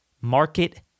market